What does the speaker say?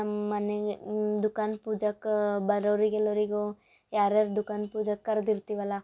ನಮ್ಮ ಮನೆಗೆ ದುಖಾನ್ ಪೂಜಕ್ಕೆ ಬರೋರಿಗೆ ಎಲ್ಲರಿಗೂ ಯಾರು ಯಾರು ದುಖಾನ್ ಪೂಜಾಗೆ ಕರ್ದು ಇರ್ತೀವಲ್ಲ